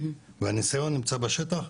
והניסיון נמצא בשטח.